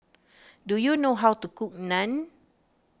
do you know how to cook Naan